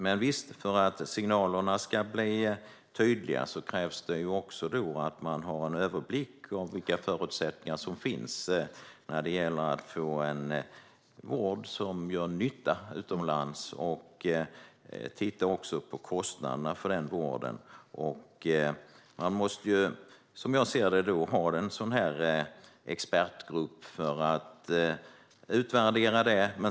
Men för att signalerna ska bli tydliga krävs det också en överblick av vilka förutsättningar som finns när det gäller att få en vård som gör nytta utomlands och att man tittar på kostnaderna för den. Som jag ser måste man ha en expertgrupp för att utvärdera detta.